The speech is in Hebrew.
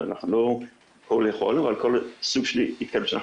לא הכול יכולנו אבל כל מה שאנחנו